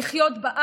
תחושה זו,